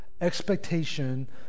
expectation